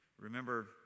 remember